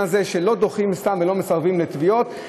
הזה שלא דוחים סתם ולא מסרבים לתביעות,